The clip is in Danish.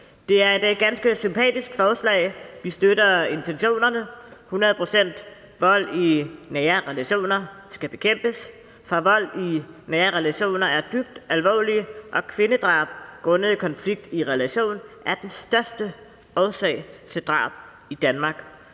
Det er et ganske sympatisk forslag. Vi støtter intentionerne hundrede procent. Vold i nære relationer skal bekæmpes, for vold i nære relationer er dybt alvorlig. Kvindedrab grundet konflikt i en nær relation er den største årsag til drab i Danmark,